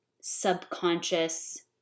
subconscious